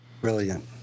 brilliant